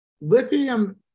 lithium